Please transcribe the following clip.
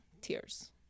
tears